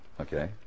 Okay